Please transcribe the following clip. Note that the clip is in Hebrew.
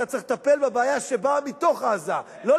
אתה צריך לטפל בבעיה שבאה מתוך עזה, איך?